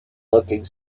looking